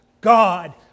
God